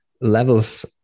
levels